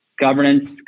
governance